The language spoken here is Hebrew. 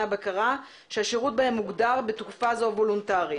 הבקרה שהשירות בהן מוגדר בתקופה זו וולונטרי.